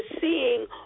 seeing